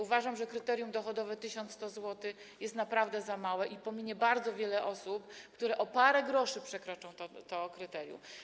Uważam, że kryterium dochodowe 1100 zł jest naprawdę za małe i pominie bardzo wiele osób, które o parę groszy przekroczą to kryterium.